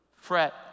fret